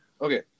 Okay